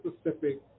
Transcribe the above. specific